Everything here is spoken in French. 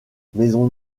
maison